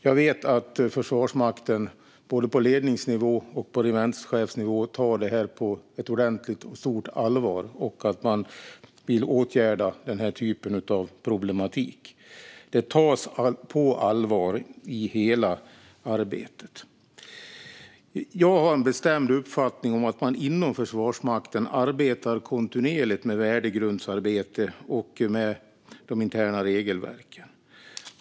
Jag vet att Försvarsmakten både på ledningsnivå och på regementschefsnivå tar frågan på ordentligt och stort allvar i hela arbetet, och man vill åtgärda den typen av problem. Jag har en bestämd uppfattning om att man inom Försvarsmakten arbetar kontinuerligt med värdegrundsarbetet och med de interna regelverken.